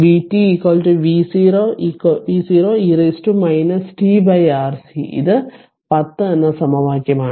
Vt V0 e t RC ഇത് 10 എന്ന സമവാക്യമാണ്